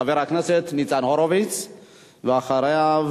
חבר הכנסת ניצן הורוביץ, ואחריו,